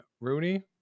Rooney